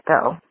go